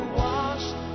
washed